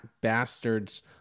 Bastards